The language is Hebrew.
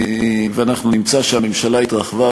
ואנחנו נמצא שהממשלה התרחבה,